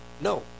No